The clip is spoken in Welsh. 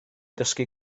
dysgu